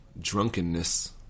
Drunkenness